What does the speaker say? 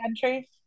country